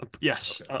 Yes